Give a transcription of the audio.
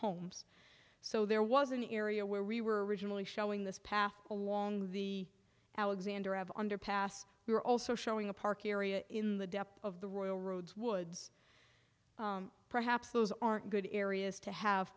homes so there was an area where we were originally showing this path along the alexander of underpass we're also showing a park area in the depth of the royal roads woods perhaps those aren't good areas to have